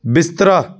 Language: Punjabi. ਬਿਸਤਰਾ